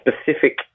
specific